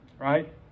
right